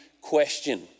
question